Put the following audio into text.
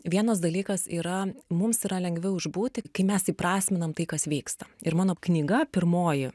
vienas dalykas yra mums yra lengviau išbūti kai mes įprasminam tai kas vyksta ir mano knyga pirmoji